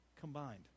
combined